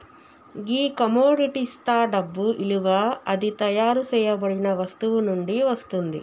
గీ కమొడిటిస్తా డబ్బు ఇలువ అది తయారు సేయబడిన వస్తువు నుండి వస్తుంది